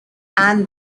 and